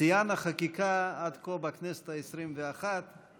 שיאן החקיקה עד כה בכנסת העשרים-ואחת,